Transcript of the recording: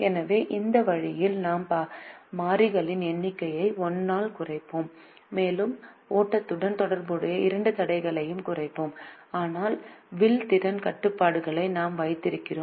எனவே இந்த வழியில் நாம் மாறிகளின் எண்ணிக்கையை 1 ஆல் குறைப்போம் மேலும் ஓட்டத்துடன் தொடர்புடைய 2 தடைகளையும் குறைப்போம் ஆனால் வில் திறன் கட்டுப்பாடுகளை நாம் வைத்திருக்கிறோம்